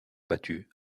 battu